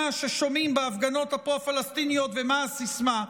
ששומעים בהפגנות הפרו-פלסטיניות ומה הסיסמה.